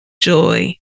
joy